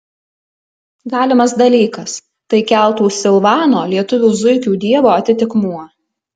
galimas dalykas tai keltų silvano lietuvių zuikių dievo atitikmuo